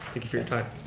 thank you for your time.